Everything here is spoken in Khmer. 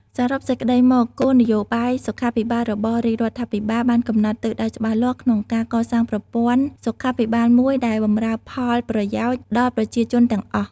សរុបសេចក្តីមក គោលនយោបាយសុខាភិបាលរបស់រាជរដ្ឋាភិបាលបានកំណត់ទិសដៅច្បាស់លាស់ក្នុងការកសាងប្រព័ន្ធសុខាភិបាលមួយដែលបម្រើផលប្រយោជន៍ដល់ប្រជាជនទាំងអស់។